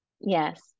Yes